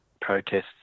protests